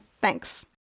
Thanks